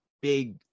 big